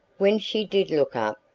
when she did look up,